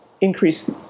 increase